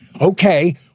Okay